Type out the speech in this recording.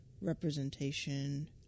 representation